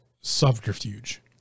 subterfuge